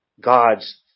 God's